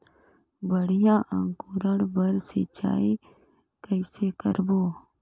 बढ़िया अंकुरण बर सिंचाई कइसे करबो?